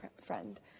friend